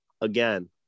Again